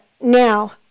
Now